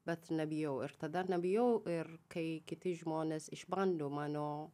bet nebijau ir tada nebijau ir kai kiti žmonės išbando mano